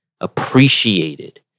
appreciated